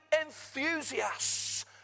enthusiasts